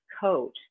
coat